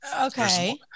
Okay